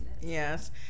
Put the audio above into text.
yes